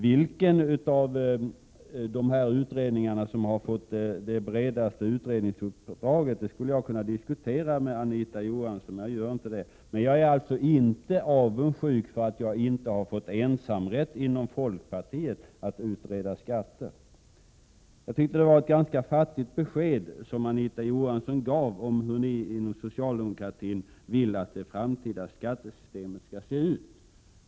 Vilken av dessa utredningar som har fått det bredaste utredningsuppdraget skulle jag kunna diskutera med Anita Johansson, men det gör jag inte. Men jag är alltså inte avundsjuk för att jag inte har fått ensamrätt inom folkpartiet på att utreda skatterna. Det var ett ganska fattigt besked som Anita Johansson gav om hur socialdemokratin vill att det framtida skattesystemet skall se ut.